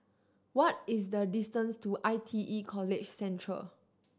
what is the distance to I T E College Central